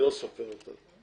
אני לא סופר אותה,